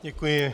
Děkuji.